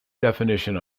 definition